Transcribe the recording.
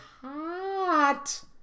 hot